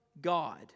God